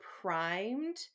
primed